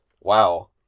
wow